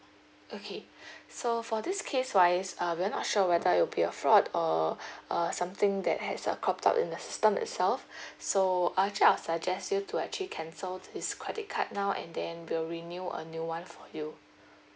okay so for this case wise uh we're not sure whether it'll be a fraud or uh something that has uh cropped up in the system itself so uh actually I'll suggest you to actually cancel this credit card now and then we'll renew a new one for you